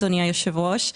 אדוני היושב-ראש,